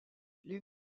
les